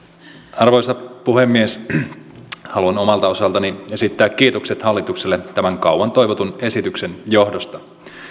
arvoisa puhemies haluan omalta osaltani esittää kiitokset hallitukselle tämän kauan toivotun esityksen johdosta